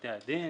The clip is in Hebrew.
בבתי הדין,